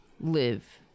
live